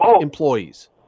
employees